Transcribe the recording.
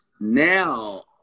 Now